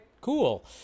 cool